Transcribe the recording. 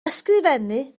ysgrifennu